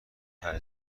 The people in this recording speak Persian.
هیجان